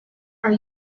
are